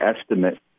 estimate